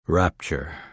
Rapture